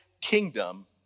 kingdom